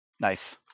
Nice